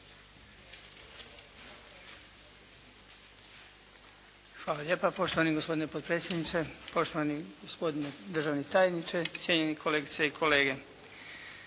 Hvala lijepa poštovani gospodine potpredsjedniče, poštovani gospodine državni tajniče, cijenjeni kolegice i kolege.